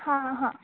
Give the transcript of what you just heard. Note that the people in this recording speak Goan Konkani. हा हा